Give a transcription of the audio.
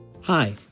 Hi